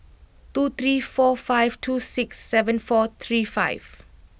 two three four five two six seven four three five